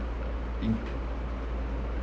in